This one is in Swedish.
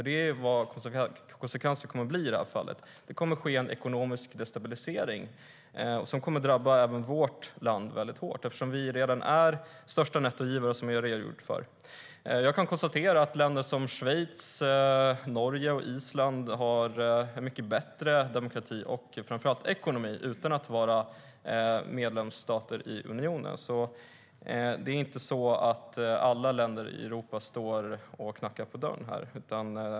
Det är ju vad konsekvensen kommer att bli i det här fallet. Det kommer att ske en ekonomisk destabilisering som kommer att drabba även vårt land väldigt hårt, eftersom vi redan är största nettogivare, som jag har redogjort för. Jag kan konstatera att länder som Schweiz, Norge och Island har en mycket bättre demokrati och framför allt en bättre ekonomi utan att vara medlemmar i unionen. Det är inte så att alla länder i Europa står och knackar på dörren.